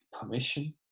permission